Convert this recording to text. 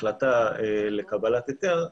החלטה לקבלת היתר,